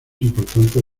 importantes